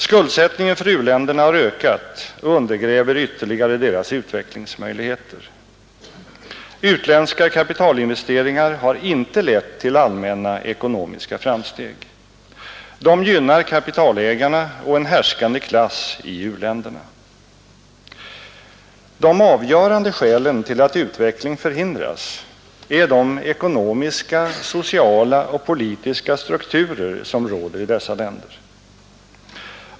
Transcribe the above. Skuldsättningen för u-länderna har ökat och undergräver ytterligare deras utvecklingsmöjligheter. Utländska kapitalinvesteringar har inte lett till allmänna ekonomiska framsteg. De gynnar kapitalägarna och en härskande klass i u-länderna. De avgörande skälen till att utveckling förhindras är de ekonomiska, sociala och politiska strukturer som råder i dessa länder.